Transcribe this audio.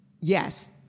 Yes